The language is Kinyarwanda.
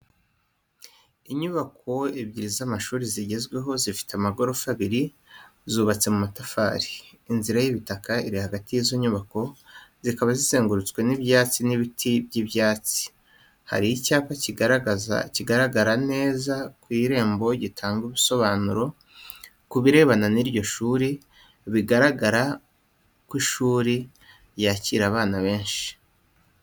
Inyubako ebyiri z'amashuri zigezweho, zifite amagorofa abiri, zubatse mu matafari. Inzira y'ibitaka iri hagati y'izo nyubako, zikaba zizengurutswe n'ibyatsi n'ibiti by'ibyatsi. Hari icyapa kigaragara neza mu irembo gitanga ubusobanuro ku birebana n'iryo shuri, bigaragara ko iri shuri ryakira abana benshi.